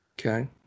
Okay